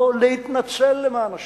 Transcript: לא להתנצל, למען השם.